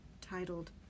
titled